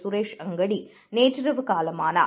சுரேஷ்அங்கடிநேற்றிரவுகாலமானார்